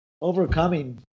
overcoming